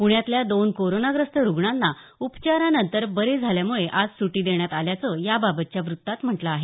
प्ण्यातल्या दोन कोरोनाग्रस्त रुग्णांना उपचारानंतर बरे झाल्यामुळे आज सुटी देण्यात आल्याचं याबाबतच्या व्रत्तात म्हटलं आहे